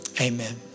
Amen